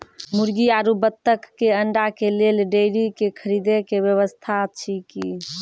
मुर्गी आरु बत्तक के अंडा के लेल डेयरी के खरीदे के व्यवस्था अछि कि?